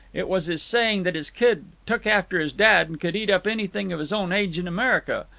it was his saying that his kid took after his dad and could eat up anything of his own age in america.